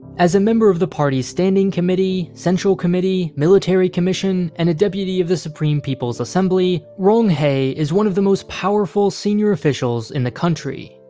as a member of the party's standing committee, central committee, military commission, and a deputy of the supreme people's assembly, ryong hae is one of the most powerful senior officials in the country.